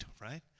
right